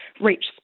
reach